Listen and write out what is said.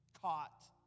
Caught